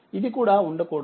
ఇది కూడా ఉండకూడదు